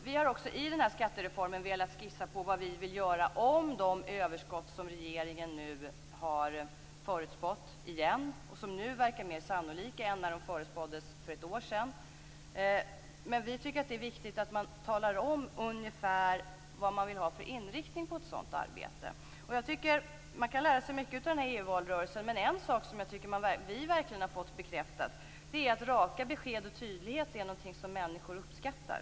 Vi har också i vårt förslag till skattereform skissat på vad vi vill göra med de överskott som regeringen nu igen har förutspått och som nu verkar mer sannolika än när de förutspåddes för ett år sedan. Vi tycker att det är viktigt att tala om ungefär vilken inriktning man vill ha på ett sådant arbete. Man kan lära sig mycket av EU-valrörelsen, men en sak som jag tycker att vi verkligen har fått bekräftat är att raka besked och tydlighet är någonting som människor uppskattar.